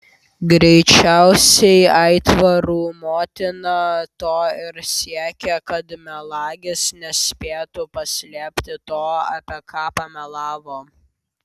greičiausiai aitvarų motina to ir siekė kad melagis nespėtų paslėpti to apie ką pamelavo